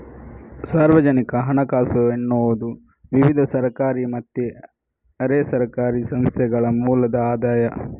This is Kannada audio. ಸಾರ್ವಜನಿಕ ಹಣಕಾಸು ಎನ್ನುವುದು ವಿವಿಧ ಸರ್ಕಾರಿ ಮತ್ತೆ ಅರೆ ಸರ್ಕಾರಿ ಸಂಸ್ಥೆಗಳ ಮೂಲದ ಆದಾಯ